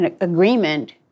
agreement